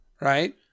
Right